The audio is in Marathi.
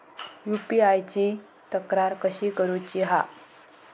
यू.पी.आय ची तक्रार कशी करुची हा?